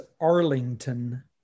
arlington